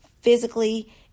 physically